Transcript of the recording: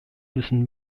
müssen